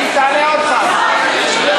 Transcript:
היא תעלה אותך,